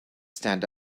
stand